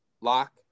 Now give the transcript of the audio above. lock